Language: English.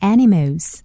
Animals